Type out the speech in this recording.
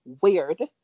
weird